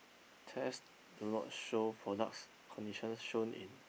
test do not show products conditions shown in